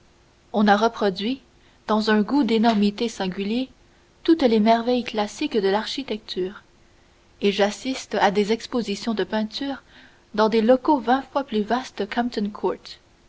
on a reproduit dans un goût d'énormité singulier toutes les merveilles classiques de l'architecture et j'assiste à des expositions de peinture dans des locaux vingt fois plus vastes